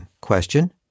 Question